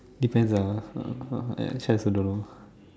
depends ah uh uh actually I also don't know